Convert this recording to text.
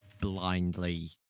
blindly